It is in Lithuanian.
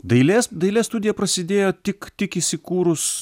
dailės dailės studija prasidėjo tik tik įsikūrus